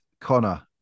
Connor